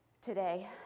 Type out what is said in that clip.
today